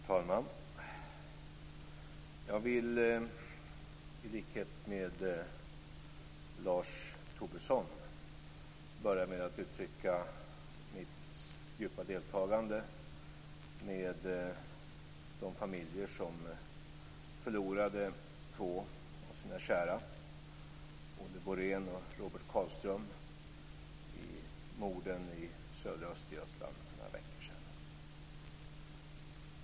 Fru talman! Jag vill i likhet med Lars Tobisson börja med att uttrycka mitt djupa deltagande med de familjer som förlorade två av sina kära, Olle Borén och Robert Karlström, i morden i södra Östergötland för några veckor sedan.